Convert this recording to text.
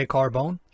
Carbone